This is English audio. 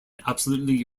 absolutely